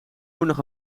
nog